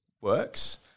works